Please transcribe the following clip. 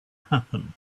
happen